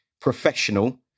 professional